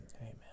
Amen